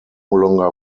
longer